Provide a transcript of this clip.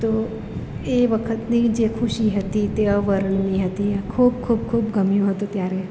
તો એ વખતની જે ખુશી હતી તે અવર્ણનીય હતી ખૂબ ખૂબ ખૂબ ગમ્યું હતું ત્યારે